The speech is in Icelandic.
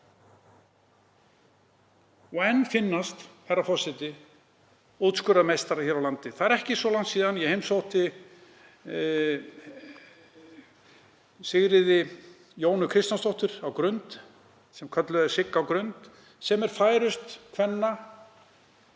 Og enn finnast útskurðarmeistarar hér á landi. Það er ekki svo langt síðan ég heimsótti Sigríði Jónu Kristjánsdóttur á Grund, sem kölluð er Sigga á Grund, sem er færust kvenna